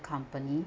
company